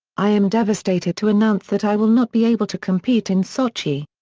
i am devastated to announce that i will not be able to compete in sochi.